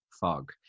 fog